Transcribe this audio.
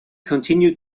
continue